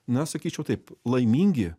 na sakyčiau taip laimingi